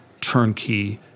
turnkey